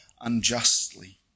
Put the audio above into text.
unjustly